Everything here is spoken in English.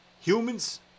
humans